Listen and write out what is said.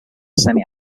semi